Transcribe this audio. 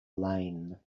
lane